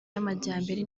y’amajyambere